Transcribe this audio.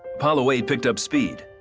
apollo eight picked up speed,